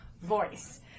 voice